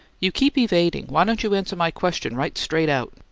you keep evading. why don't you answer my question right straight out?